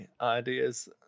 ideas